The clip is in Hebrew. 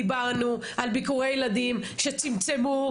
דיברנו על ביקורי ילדים שצמצמו.